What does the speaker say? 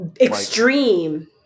Extreme